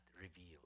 revealed